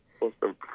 awesome